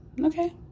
Okay